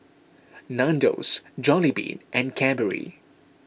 Nandos Jollibean and Cadbury